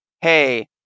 hey